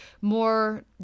more